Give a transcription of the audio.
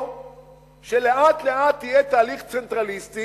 או שלאט לאט יהיה תהליך צנטרליסטי,